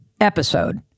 episode